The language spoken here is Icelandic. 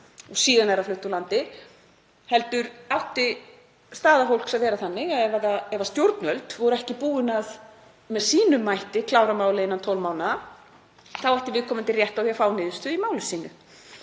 og síðan er það flutt úr landi, heldur átti staða fólks að vera þannig að ef stjórnvöld voru ekki búin, með sínum hætti, að klára málið innan 12 mánaða ætti viðkomandi rétt á því að fá niðurstöðu í máli sínu.